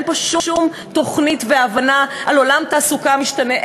אין פה שום תוכנית והבנה על עולם התעסוקה המשתנה,